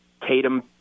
Tatum